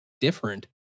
different